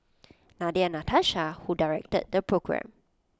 Nadia Natasha who directed the programme